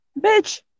Bitch